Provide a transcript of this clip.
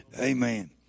Amen